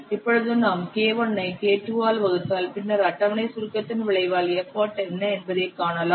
இப்போது நாம் K1 ஐ K2 ஆல் வகுத்தால் பின்னர் அட்டவணை சுருக்கத்தின் விளைவால் எஃபர்ட் என்ன என்பதை நாம் காணலாம்